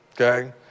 okay